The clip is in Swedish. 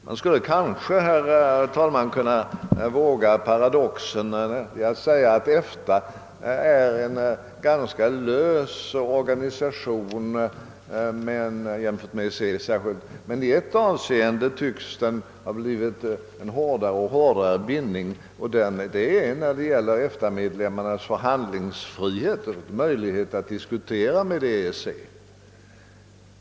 Jag skulle, herr talman, kanske kunna våga göra mig skyldig till paradoxen att säga, att EFTA är en ganska lös organisation jämfört med EEC men att det inom EFTA i ett avseende tycks ha blivit en allt hårdare bindning, nämligen när det gäller medlemmarnas förhandlingsfrihet och möjlighet att diskutera med EEC.